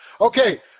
Okay